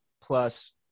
plus